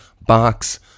box